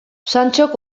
santxok